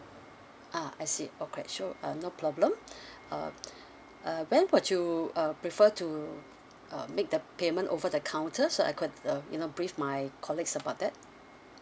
ah I see okay sure uh no problem uh uh when would you uh prefer to uh make the payment over the counter so I could uh you know brief my colleagues about that